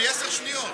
אני עשר שניות.